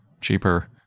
cheaper